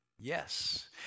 yes